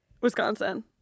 Wisconsin